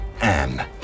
Anne